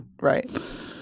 right